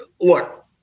look